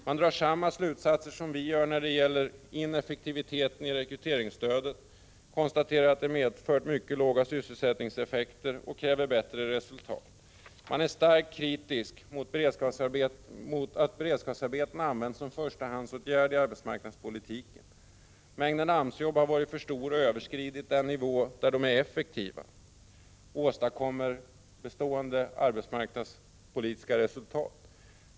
Man drar samma slutsatser som vi gör när det gäller ineffektiviteten i rekryteringsstödet och konstaterar att detta medfört mycket låga sysselsättningseffekter och kräver bättre resultat. Man är starkt kritisk mot att beredskapsarbeten används som förstahandsåtgärd i arbetsmarknadspolitiken. Mängden AMS jobb har varit för stor och överskridit den nivå då de är effektiva och åstadkommer bestående arbetsmarknadspolitiska resultat.